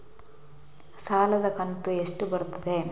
ಸಾಲದ ಕಂತು ಎಷ್ಟು ಬರುತ್ತದೆ?